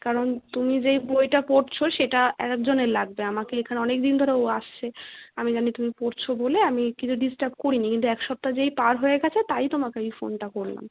কারণ তুমি যেই বইটা পড়ছো সেটা আর একজনের লাগবে আমাকে এখানে অনেক দিন ধরে ও আসছে আমি জানি তুমি পড়ছো বলে আমি কিছু ডিস্টার্ব করি নি কিন্তু এক সপ্তাহ যেই পার হয়ে গেছে তাই তোমাকে আমি ফোনটা করলাম